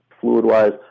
fluid-wise